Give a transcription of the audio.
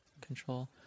control